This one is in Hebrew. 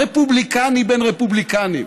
רפובליקני בן רפובליקנים,